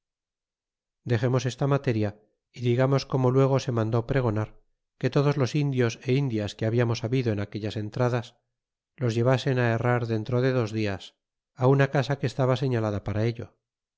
dexemos esta materia y digamos como luego se mandó pregonar que todos los indios e indias que hablamos habido en aquellas entradas los llevasen herrar dentro de dos dias á una casa que estaba señalada para ello